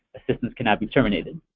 assistance cannot be terminated.